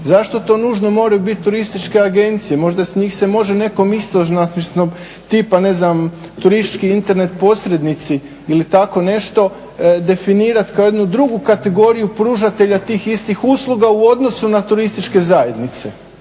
zašto to nužno moraju biti turističke agencije, možda s njih se može netko istom …/Govornik se ne razumije./… tipa ne znam turistički Internet ili tako nešto definirati kao jednu drugu kategoriju pružatelja tih istih usluga u odnosu na turističke zajednice.